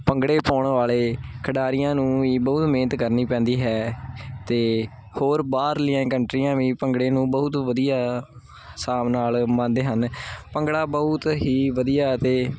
ਭੰਗੜੇ ਪਾਉਣ ਵਾਲੇ ਖਿਡਾਰੀਆਂ ਨੂੰ ਵੀ ਬਹੁਤ ਮਿਹਨਤ ਕਰਨੀ ਪੈਂਦੀ ਹੈ ਅਤੇ ਹੋਰ ਬਾਹਰਲੀਆਂ ਕੰਟਰੀਆਂ ਵੀ ਭੰਗੜੇ ਨੂੰ ਬਹੁਤ ਵਧੀਆ ਹਿਸਾਬ ਨਾਲ ਮੰਨਦੇ ਹਨ ਭੰਗੜਾ ਬਹੁਤ ਹੀ ਵਧੀਆ ਅਤੇ